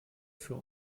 für